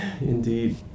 Indeed